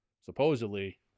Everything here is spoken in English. Supposedly